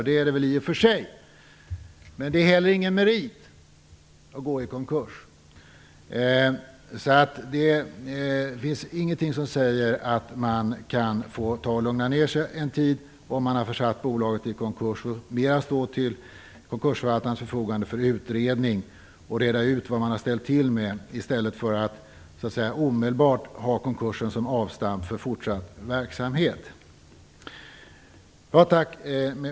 Det är det väl i och för sig, men det är heller ingen merit att gå i konkurs. Det finns ingenting som säger att man kan få lugna ner sig en tid om man har försatt bolaget i konkurs och mer stå till konkursförvaltarens förfogande för att reda ut det man har ställt till med, i stället för att omedelbart ha konkursen som avstamp för fortsatt verksamhet.